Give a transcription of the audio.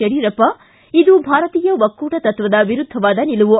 ಯಡಿಯೂರಪ್ಪ ಇದು ಭಾರತೀಯ ಒಕ್ಕೂಟ ತತ್ವದ ವಿರುದ್ಧವಾದ ನಿಲುವು